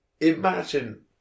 Imagine